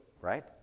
right